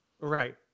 Right